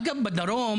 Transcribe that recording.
אגב, בדרום